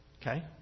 Okay